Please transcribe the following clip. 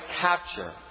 capture